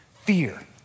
Fear